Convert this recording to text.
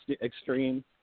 extreme